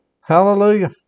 Hallelujah